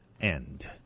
end